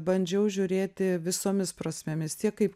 bandžiau žiūrėti visomis prasmėmis tiek kaip